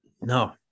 no